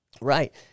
Right